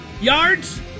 yards